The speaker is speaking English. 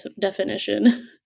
definition